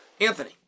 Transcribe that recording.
Anthony